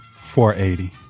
480